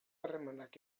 harremanak